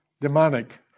demonic